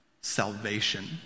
Salvation